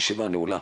הישיבה נעולה.